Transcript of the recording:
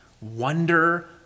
wonder